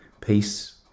peace